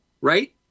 Right